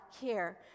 care